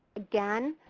again,